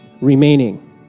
remaining